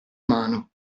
mano